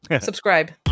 Subscribe